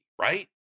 right